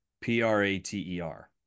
p-r-a-t-e-r